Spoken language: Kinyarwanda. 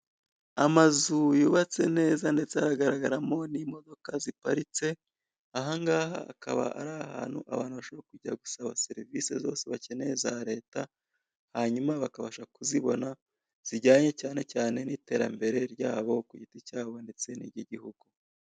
Amazu yubatse neza ndetse haragaragaramo n'imodoka ziparitse, aha ngaha akaba ari ahantu abantu bashobora kujya gusaba serivisi zose bakeneye za Leta, hanyuma bakabasha kuzibona zijyanye cyane cyane n'iterambere ryabo ku giti cyabo ndetse n'iry'Igihugu.